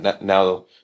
now